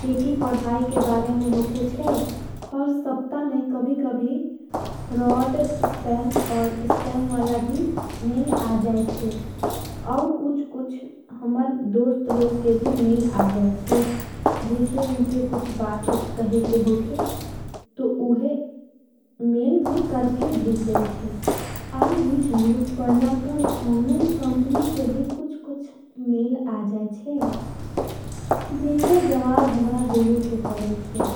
जेकी। पढ़ाई के बारे में होकेच्छे और सप्ता में कभी कभी फ्रॉड। स्पैम और स्कैम वाला भी मेल आजाएच्छे अव कुछ कुछ। हमार दोस्त लोग के भी मेल आजाएच्छे जिसे उनके कुछ। बात उतकहे के होके तो उहे मेल में करके भेज़ देवेच्छे। आव भी जरुवत पढ़ा पर ओन्लाइन कमपनी के भी कुछ। कुछ मेल आजाएच्छे जेकर जवाब हमरा देवे के पढ़ेच्छे।